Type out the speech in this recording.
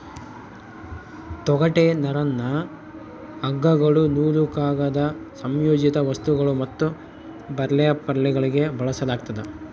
ತೊಗಟೆ ನರನ್ನ ಹಗ್ಗಗಳು ನೂಲು ಕಾಗದ ಸಂಯೋಜಿತ ವಸ್ತುಗಳು ಮತ್ತು ಬರ್ಲ್ಯಾಪ್ಗಳಲ್ಲಿ ಬಳಸಲಾಗ್ತದ